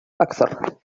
أكثر